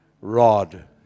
Rod